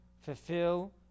fulfill